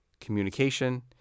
communication